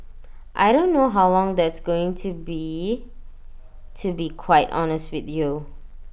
I don't know how long that's going to be to be quite honest with you